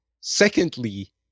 secondly